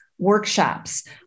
workshops